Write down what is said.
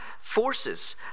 forces